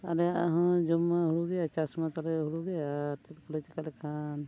ᱟᱞᱮᱭᱟᱜ ᱦᱚᱸ ᱡᱚᱢᱢᱟ ᱦᱳᱲᱳᱜᱮ ᱪᱟᱥᱢᱟ ᱛᱟᱞᱮ ᱦᱳᱲᱳᱜᱮ ᱟᱨ ᱪᱮᱫ ᱠᱚᱞᱮ ᱪᱤᱠᱟ ᱞᱮᱠᱷᱟᱱ